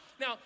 Now